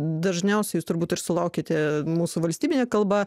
dažniausia jūs turbūt ir sulaukiate mūsų valstybine kalba